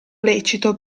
lecito